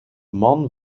man